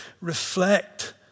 reflect